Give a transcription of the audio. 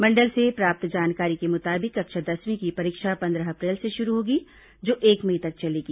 मंडल से प्राप्त जानकारी के मुताबिक कक्षा दसवीं की परीक्षा पंद्रह अप्रैल से शुरू होगी जो एक मई तक चलेगी